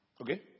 Okay